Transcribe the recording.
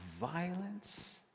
violence